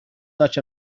such